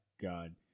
God